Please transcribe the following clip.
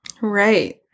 Right